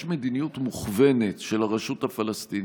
יש מדיניות מוכוונת של הרשות הפלסטינית,